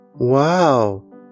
Wow